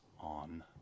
on